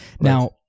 Now